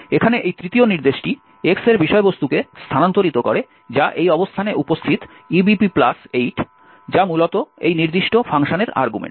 এখানে এই তৃতীয় নির্দেশটি X এর বিষয়বস্তুকে স্থানান্তরিত করে যা এই অবস্থানে উপস্থিত EBP প্লাস 8 যা মূলত এই নির্দিষ্ট ফাংশনের আর্গুমেন্ট